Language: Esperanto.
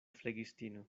flegistino